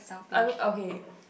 I mean okay